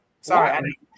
sorry